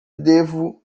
devo